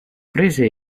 prese